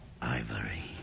ivory